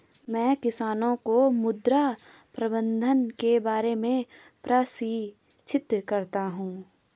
मैं किसानों को मृदा प्रबंधन के बारे में प्रशिक्षित करता हूँ